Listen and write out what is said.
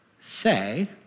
say